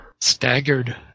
Staggered